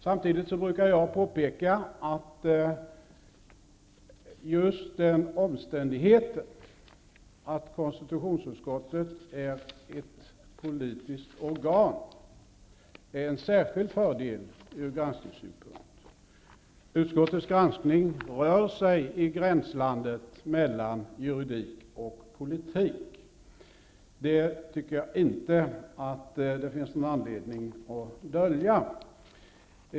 Samtidigt brukar jag påpeka att just den omständigheten att konstitutionsutskottet är ett politiskt organ är en särskild fördel ur granskningssynpunkt. Utskottets granskning rör sig i gränslandet mellan juridik och politik. Det tycker jag inte att det finns någon anledning att dölja.